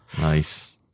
Nice